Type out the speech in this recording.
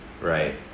right